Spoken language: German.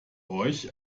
euch